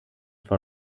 von